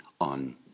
on